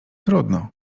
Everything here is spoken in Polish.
trudno